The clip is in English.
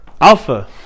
Alpha